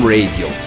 Radio